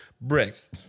bricks